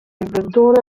inventore